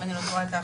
אם אני לא טועה,